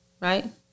right